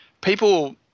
people